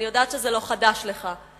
אני יודעת שזה לא חדש לך,